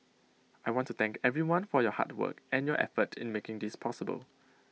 I want to thank everyone for your hard work and your effort in making this possible